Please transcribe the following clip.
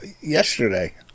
yesterday